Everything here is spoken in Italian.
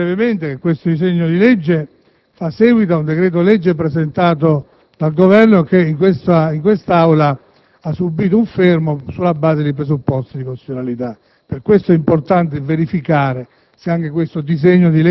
Ricordo anche brevemente che questo disegno di legge fa seguito a un decreto-legge presentato dal Governo che ha subito in quest'Aula un fermo sulla base di presupposti di costituzionalità. Per questo motivo è importante verificare